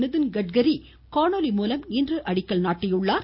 நிதின்கட்காரி காணொலி மூலம் இன்று அடிக்கல் நாட்டினார்